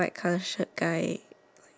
like surrender